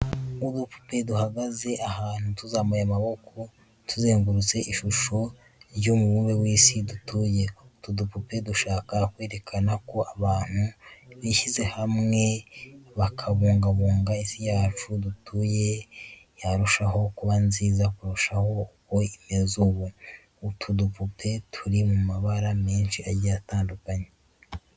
Udupupe duhagaze ahantu tuzamuye amaboko, tuzengurutse ishusho y'umubumbe w'isi dutuye. Utu dupupe dushaka kwerekana ko abantu bishyize hamwe bakabungabunga isi yacu dutuye yarushaho kuba nziza kurusha uko imeze ubu. Utu dupupe turi mu mabara menshi agiye atandukanye.